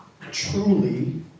truly